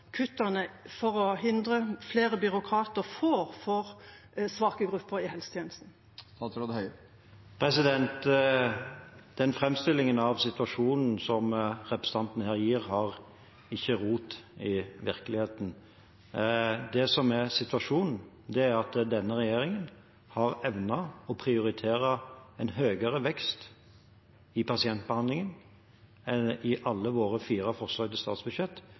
kuttene for å hindre flere byråkrater får for svake grupper i helsetjenesten? Den framstillingen av situasjonen som representanten her gir, har ikke rot i virkeligheten. Det som er situasjonen, er at denne regjeringen har evnet å prioritere en høyere vekst i pasientbehandlingen i alle våre fire forslag til statsbudsjett